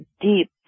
deep